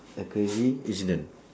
like crazy incident